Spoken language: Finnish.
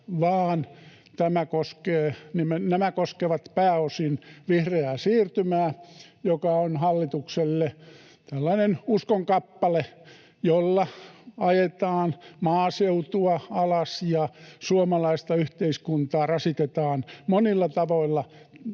vaan nämä koskevat pääosin vihreää siirtymää, joka on hallitukselle tällainen uskonkappale, jolla ajetaan maaseutua alas ja suomalaista yhteiskuntaa rasitetaan monilla tavoilla